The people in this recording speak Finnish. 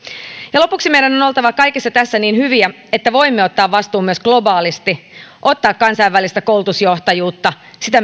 ja lopuksi meidän on oltava kaikessa tässä niin hyviä että voimme ottaa vastuun myös globaalisti ottaa kansainvälistä koulutusjohtajuutta sitä